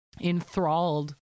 enthralled